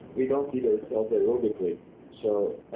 we don't feed ourselves aerobically so i